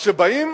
אז כשבאים